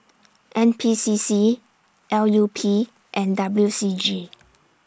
N P C C L U P and W C G